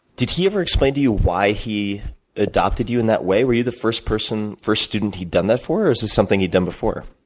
did he ever explain to you why he adopted you in that way? were you the first person, first student he'd done that for, or something he'd done before?